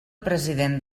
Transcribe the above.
president